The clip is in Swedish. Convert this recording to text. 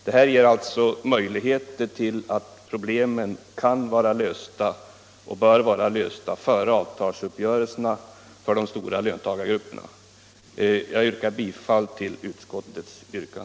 Det är alltså möjligt att problemen är lösta före avtalsuppgörelserna för de stora löntagargrupperna. Jag yrkar bifall till utskottets hemställan.